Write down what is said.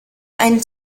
ein